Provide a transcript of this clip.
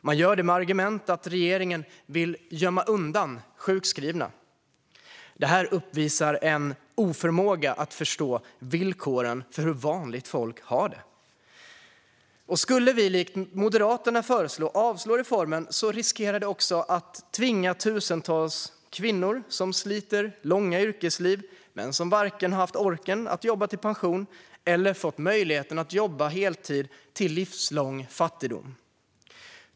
Man gör det med argumentet att regeringen vill "gömma undan" sjukskrivna. Detta visar en oförmåga att förstå hur villkoren för vanligt folk ser ut. Skulle vi som Moderaterna föreslår avslå reformen riskerar vi också att döma tusentals kvinnor som har slitit under långa yrkesliv men varken haft orken att jobba till pension eller fått möjligheten att jobba heltid till livslång fattigdom.